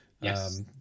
Yes